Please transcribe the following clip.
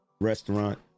restaurant